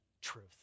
truth